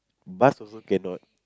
bus also cannot